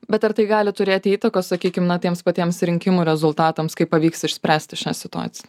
bet ar tai gali turėti įtakos sakykim na tiems patiems rinkimų rezultatams kaip pavyks išspręsti šią situaciją